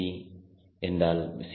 C என்றால் C